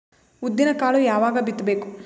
ಉದ್ದಿನಕಾಳು ಯಾವಾಗ ಬಿತ್ತು ಬೇಕು?